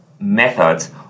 methods